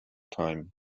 time